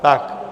Tak.